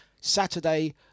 Saturday